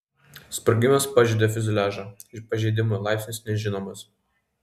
sprogimas pažeidė fiuzeliažą pažeidimo laipsnis nežinomas